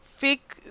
Fake